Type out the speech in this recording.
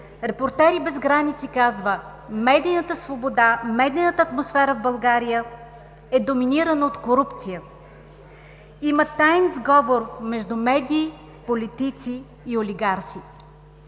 „Репортери без граници“ казва: „Медийната свобода, медийната атмосфера в България е доминирана от корупция. Има таен сговор между медии, политици и олигарси“.